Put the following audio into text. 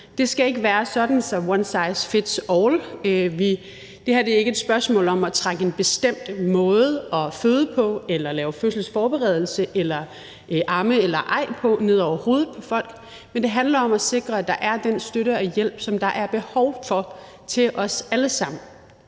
Det skal ikke være sådan, at one size fits all. Det her er ikke et spørgsmål om at trække en bestemt måde at forholde sig til at amme eller ej eller til at føde på eller lave fødselsforberedelse på ned over hovedet på folk, men det handler om at sikre, at der er den støtte og hjælp, som der er behov for, til os alle sammen.